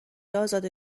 ازاده